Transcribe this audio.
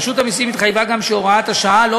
רשות המסים התחייבה גם שהוראת השעה לא